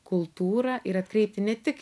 kultūrą ir atkreipti ne tik